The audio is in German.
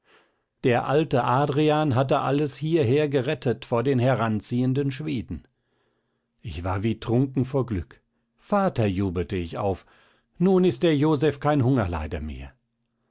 der alte adrian hatte alles hierher gerettet vor den heranziehenden schweden ich war wie trunken vor glück vater jubelte ich auf nun ist der joseph kein hungerleider mehr